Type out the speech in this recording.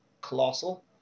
Colossal